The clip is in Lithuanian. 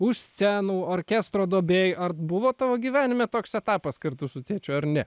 už scenų orkestro duobėj ar buvo tavo gyvenime toks etapas kartu su tėčiu ar ne